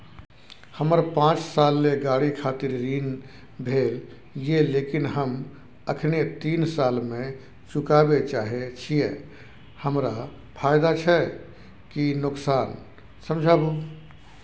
हमर पाँच साल ले गाड़ी खातिर ऋण भेल ये लेकिन हम अखने तीन साल में चुकाबे चाहे छियै हमरा फायदा छै की नुकसान समझाबू?